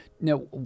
Now